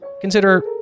consider